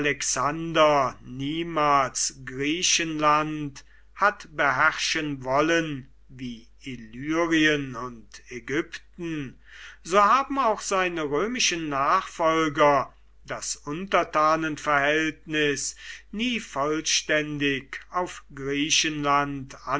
alexander niemals griechenland hat beherrschen wollen wie illyrien und ägypten so haben auch seine römischen nachfolger das untertanenverhältnis nie vollständig auf griechenland